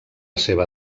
seva